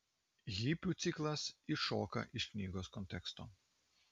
hipių ciklas iššoka iš knygos konteksto